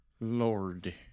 Lord